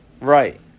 Right